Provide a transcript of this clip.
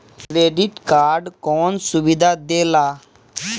Credit card कौन सुबिधा देला?